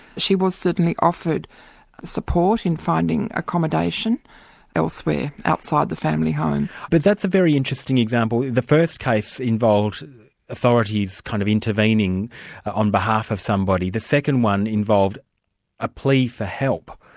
she was certainly offered support in finding accommodation elsewhere, outside the family home. and but that's a very interesting example. the first case involved authorities kind of intervening on behalf of somebody the second one involved a plea for help,